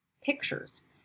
pictures